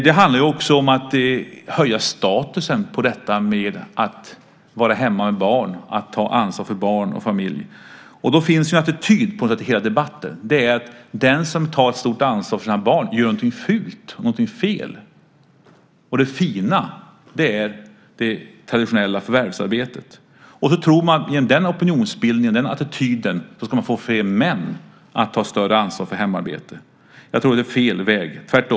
Det handlar också om att höja statusen på att vara hemma med barn och ta ansvar för barn och familj. Attityden i debatten är att den som tar ett stort ansvar för sina barn gör någonting fult och fel. Det fina är det traditionella förvärvsarbetet. Genom den opinionsbildningen och den attityden tror man att man ska få fler män att ta större ansvar för hemarbete. Jag tror att det är fel väg. Tvärtom.